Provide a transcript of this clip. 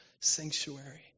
sanctuary